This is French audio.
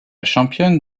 championne